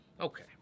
Okay